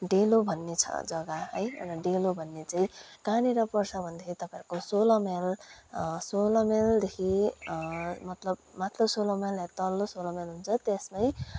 डेलो भन्ने छ जग्गा है डेलो भन्ने चाहिँ कहाँनिर पर्छ भन्दा तपाईँको सोह्र माइल सोह्र माइलदेखि मतलब माथिल्लो सोह्र माइल र तल्लो सोह्र माइल भन्छ त्यसलाई